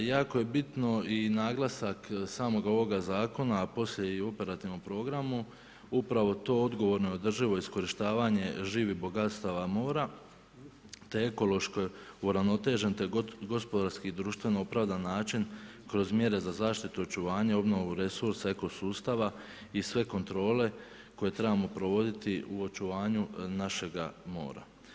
Jako je bitno i naglasak, smoga ovoga zakona i poslije u operativnom programu, upravo to odgovorno održivo iskorištavanje živih bogatstava mora, te ekološke uravnotežen, te gospodarski društveni opravdan način, kroz mjere za zaštitu očuvanja, obnovu resursa eko sustava i sve kontrole koje trebamo provoditi u očuvanju našega mora.